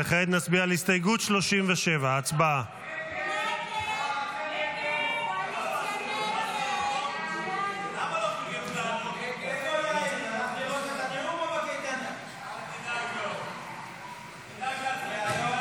וכעת נצביע על הסתייגות 37. הצבעה.